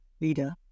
leader